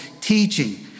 teaching